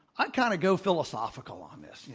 i kind of go philosophical on this, yeah